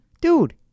Dude